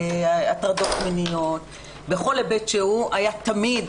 להטרדות מיניות בכל היבט שהוא היה תמיד,